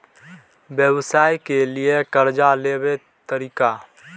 व्यवसाय के लियै कर्जा लेबे तरीका?